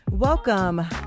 Welcome